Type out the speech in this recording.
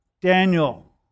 Daniel